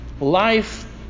life